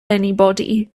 anybody